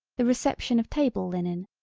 the reception of table linen,